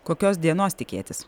kokios dienos tikėtis